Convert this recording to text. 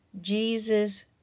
Jesus